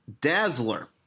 Dazzler